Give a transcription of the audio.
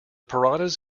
piranhas